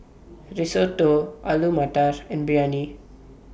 Risotto Alu Matar and Biryani